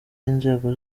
inzego